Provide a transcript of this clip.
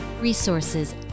resources